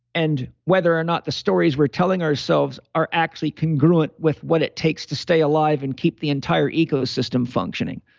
and whether or not the stories we're telling ourselves are actually congruent with what it takes to stay alive and keep the entire ecosystem functioning